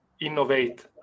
innovate